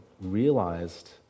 realized